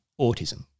autism